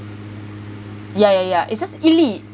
yeah yeah it's just 一粒